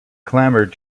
clamored